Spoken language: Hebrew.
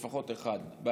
לפחות אחד.